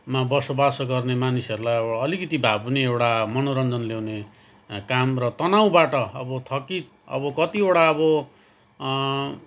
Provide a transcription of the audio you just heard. मा बसोबासो गर्ने मानिसहरूलाई अब अलिकति भए पनि एउटा मनोरञ्जन ल्याउने काम र तनाउबाट अब थकित अब कतिवटा अब